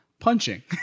Punching